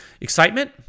Excitement